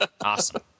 awesome